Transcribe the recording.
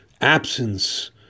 absence